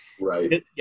Right